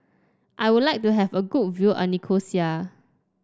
I would like to have a good view of Nicosia